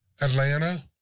Atlanta